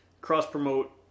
cross-promote